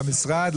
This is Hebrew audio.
במשרד,